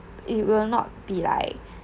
it will not be like